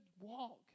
walk